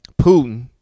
putin